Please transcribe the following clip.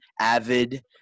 avid